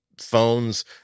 phones